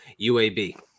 UAB